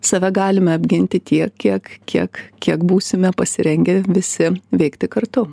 save galime apginti tiek kiek kiek kiek būsime pasirengę visi veikti kartu